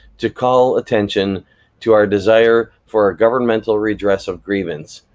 to call attention to our desire for a governmental redress of grievance,